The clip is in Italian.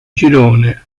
girone